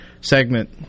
segment